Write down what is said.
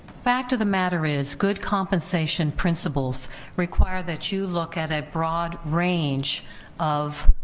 fact of the matter is good compensation principles require that you look at a broad range of